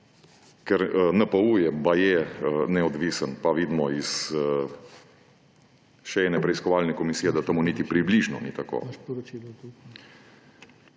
ker NPU je baje neodvisen, pa vidimo iz še ene preiskovalne komisije, da temu niti približno ni tako.